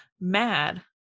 mad